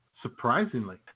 Surprisingly